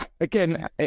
again